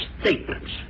statements